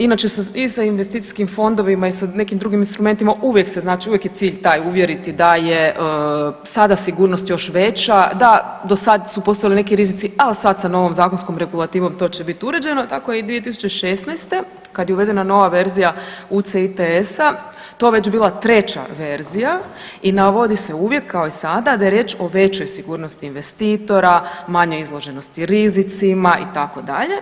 Inače i sa investicijskim fondovima i sa nekim drugim instrumentima uvijek se znači uvijek je cilj taj uvjeriti da je sada sigurnost još veća, da do sad su postojali neki rizici, al sad sa novom zakonskom regulativom to će bit uređeno i tako je i 2016. kad je uvedena nova verzija UCITS-a to je već bila treća verzija i navodi se uvijek kao i sada da je riječ o većoj sigurnosti investitora, manjoj izloženosti rizicima itd.